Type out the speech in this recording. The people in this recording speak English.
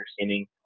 understanding